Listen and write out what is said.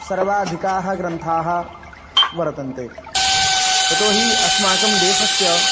सर्वाधिकाः ग्रन्थाः वर्तन्ते यतोऽहि अस्माकं देशस्य